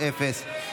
הכנסת.